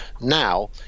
now